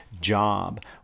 job